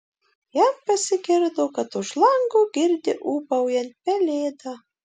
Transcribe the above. jam pasigirdo kad už lango girdi ūbaujant pelėdą